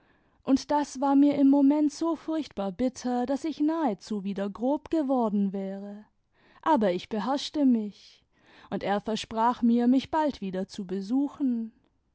und das war mir im moment so furchtbar bitter daß ich nahezu wieder grob geworden wäre aber ich beherrschte mich und er versprach mir mich bald wieder zu besuchen